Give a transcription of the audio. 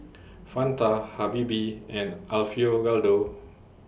Fanta Habibie and Alfio Raldo